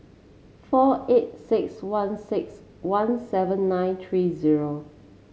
four eight six one six one seven nine three zero